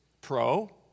pro